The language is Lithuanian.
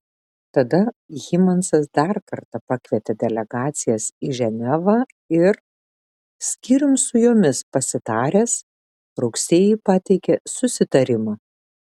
tada hymansas dar kartą pakvietė delegacijas į ženevą ir skyrium su jomis pasitaręs rugsėjį pateikė susitarimą